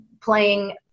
playing